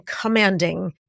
commanding